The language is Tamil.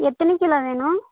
எத்தினை கிலோ வேணும்